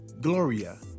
Gloria